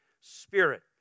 Spirit